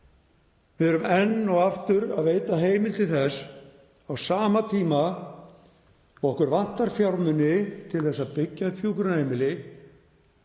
Við erum enn og aftur að veita heimild til þess, á sama tíma og okkur vantar fjármuni til að byggja upp hjúkrunarheimili